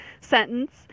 sentence